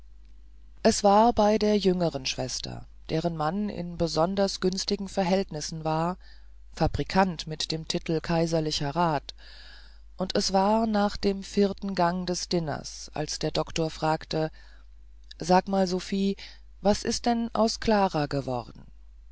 es war bei der jüngeren schwester deren mann in besonders günstigen verhältnissen war fabrikant mit dem titel kaiserlicher rat und es war nach dem vierten gange des diners als der doktor fragte sag mal sophie was ist denn aus klara geworden